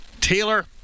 Taylor